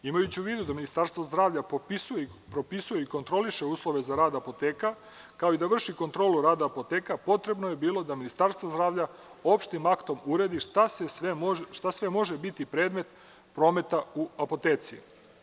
Imajući u vidu da Ministarstvo zdravlja popisuje i propisuje i kontroliše uslove za rad apoteka kao i da vrši kontrolu rada apoteka potrebno je bilo da Ministarstvo zdravlja opštim aktom uredi šta sve može biti predmet prometa u apotekama.